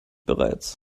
bereits